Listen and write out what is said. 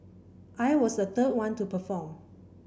I was the third one to perform